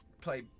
play